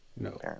No